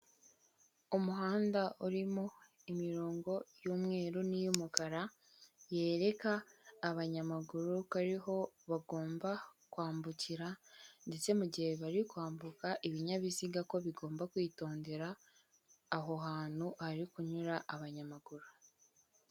Umuhanda urimo imirongo y'umweru n'iy'umukara yereka abanyamaguru ko ariho bagomba kwambukira ndetse mu gihe bari kwambuka ibinyabiziga ko bigomba kwitondera aho hantu hari kunyura abanyamaguru.